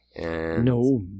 No